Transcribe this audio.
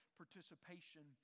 participation